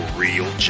real